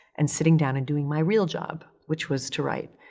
and sitting down and doing my real job, which was to write.